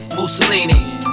Mussolini